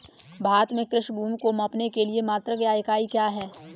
भारत में कृषि भूमि को मापने के लिए मात्रक या इकाई क्या है?